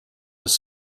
was